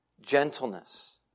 gentleness